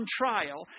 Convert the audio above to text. trial